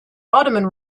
ottoman